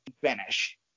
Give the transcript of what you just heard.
finish